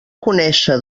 conèixer